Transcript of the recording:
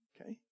Okay